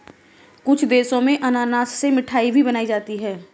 कुछ देशों में अनानास से मिठाई भी बनाई जाती है